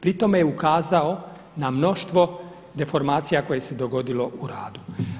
Pri tome je ukazao na mnoštvo deformacije koje se dogodilo u radu.